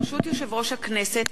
ברשות יושב-ראש הכנסת,